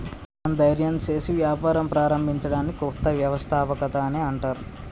మనం ధైర్యం సేసి వ్యాపారం ప్రారంభించడాన్ని కొత్త వ్యవస్థాపకత అని అంటర్